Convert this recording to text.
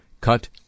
cut